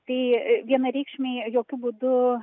tai vienareikšmiai jokiu būdu